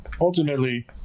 ultimately